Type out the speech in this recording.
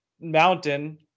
mountain